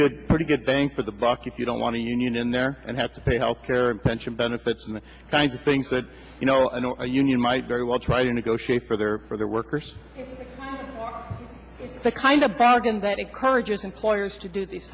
good pretty good bang for the buck if you don't want to union in there and have to pay health care and pension benefits and the kinds of things that you know a union might very well try to negotiate for their for their workers the kind of bargain that encourages employers to do these